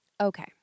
Okay